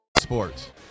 Sports